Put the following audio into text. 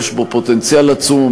יש בו פוטנציאל עצום,